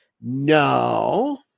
no